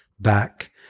back